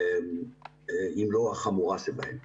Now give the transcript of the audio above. אם לא החמורה שבהן.